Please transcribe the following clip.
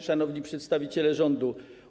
Szanowni Przedstawiciele Rządu!